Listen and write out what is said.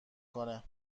کنه